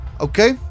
Okay